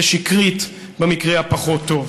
ושקרית במקרה הפחות-טוב.